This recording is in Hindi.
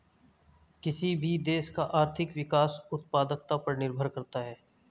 किसी भी देश का आर्थिक विकास उत्पादकता पर निर्भर करता हैं